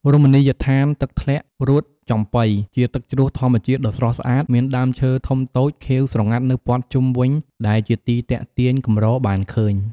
រមនីយដ្ឋានទឹកធ្លាក់រួតចំបុី ជាទឹកជ្រោះធម្មជាតិដ៏ស្រស់ស្អាត មានដើមឈើធំតូច ខៀវស្រងាត់នៅព័ទ្ធជុំវិញដែលជាទីទាក់ទាញកម្របានឃើញ។